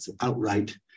outright